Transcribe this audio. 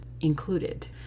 included